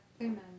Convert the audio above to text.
Amen